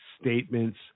statements